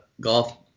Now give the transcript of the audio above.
golf